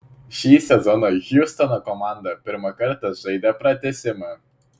šį sezoną hjustono komanda pirmą kartą žaidė pratęsimą